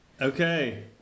okay